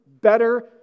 better